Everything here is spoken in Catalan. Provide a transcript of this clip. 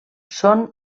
són